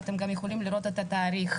ואתם גם יכולים לראות את התאריך,